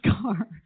car